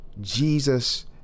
Jesus